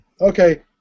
Okay